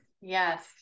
Yes